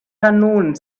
kanonen